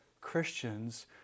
Christians